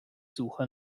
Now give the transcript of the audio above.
suche